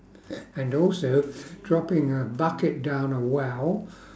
and also dropping a bucket down a well